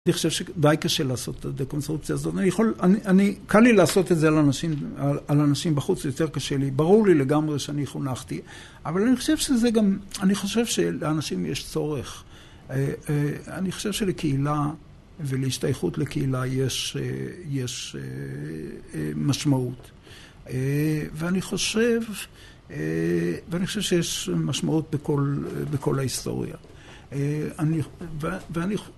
אני חושב שדי קשה לעשות את הדקונסטרוקציה הזאת. אני יכול, קל לי לעשות את זה על אנשים בחוץ, זה יותר קשה לי. ברור לי לגמרי שאני חונכתי. אבל אני חושב שזה גם, אני חושב שלאנשים יש צורך. אני חושב שלקהילה ולהשתייכות לקהילה יש משמעות. ואני חושב, ואני חושב שיש משמעות בכל ההיסטוריה.